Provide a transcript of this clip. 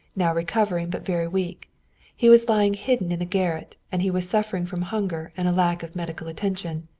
now recovering but very weak he was lying hidden in a garret, and he was suffering from hunger and lack of medical attention.